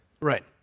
Right